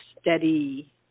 steady